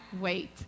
wait